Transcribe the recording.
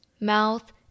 mouth